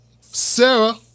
Sarah